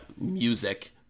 music